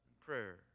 prayer